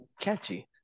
catchy